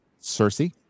Cersei